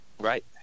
Right